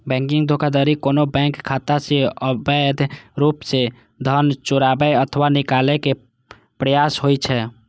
banking धोखाधड़ी कोनो bank खाता सं अवैध रूप सं धन चोराबै अथवा निकाले के प्रयास होइ छै